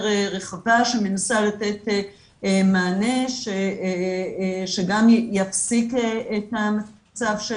רחבה שמנסה לתת מענה שגם יפסיק את המצב של